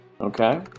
Okay